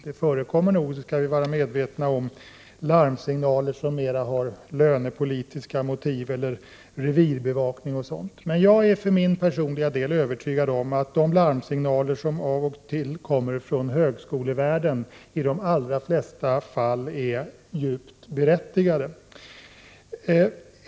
Det förekommer nog — det skall vi vara medvetna om — larmsignaler som mera har lönepolitiska motiv eller gäller revirbevakning o. d. Jag är emellertid för min personliga del övertygad om att de larmsignaler som av och till kommer från högskolevärlden i de allra flesta fall är djupt berättigade.